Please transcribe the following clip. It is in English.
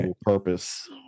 purpose